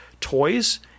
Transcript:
toys